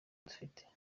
dufite